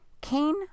Cain